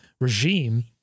regime